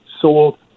sold